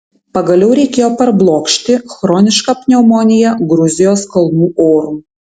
pagaliau reikėjo parblokšti chronišką pneumoniją gruzijos kalnų oru